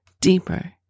deeper